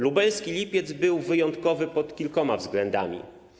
Lubelski Lipiec był wyjątkowy pod kilkoma względami.